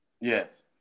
Yes